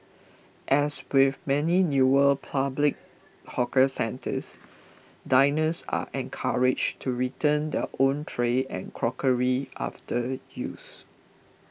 as with many newer public hawker centres diners are encouraged to return their own tray and crockery after use